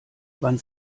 wann